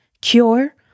cure